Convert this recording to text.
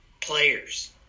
players